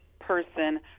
person